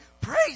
praise